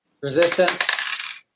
Resistance